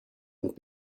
und